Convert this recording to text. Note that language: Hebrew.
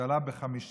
זה עלה ב-5.7%.